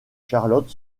charlotte